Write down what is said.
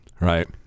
right